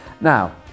Now